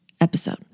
episode